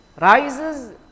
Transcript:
rises